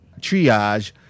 triage